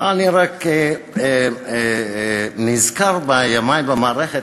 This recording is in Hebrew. לא, אני רק נזכר בימי במערכת.